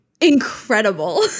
incredible